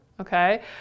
Okay